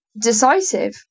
decisive